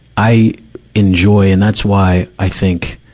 i enjoy and that's why, i think,